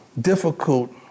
difficult